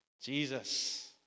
Jesus